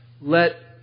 Let